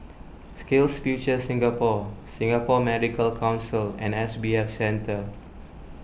SkillsFuture Singapore Singapore Medical Council and S B F Center